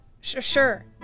sure